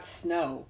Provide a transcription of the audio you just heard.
snow